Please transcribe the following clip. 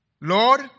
Lord